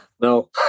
No